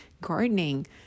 gardening